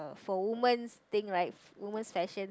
for women's thing right women session